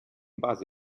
base